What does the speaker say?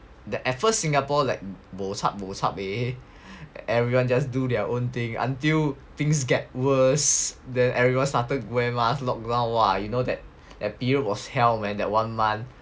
at first Singapore like bochup bochup eh everyone just do their own thing until things get worse then everyone started wear mask lockdown !wah! you know that period was hell man that one month